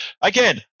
again